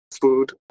food